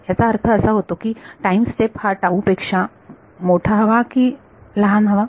याचा अर्थ असा होतो ही टाइम स्टेप ह्या टाऊ पेक्षा मोठी हवी की लहान हवी